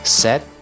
set